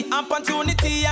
opportunity